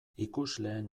ikusleen